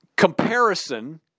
comparison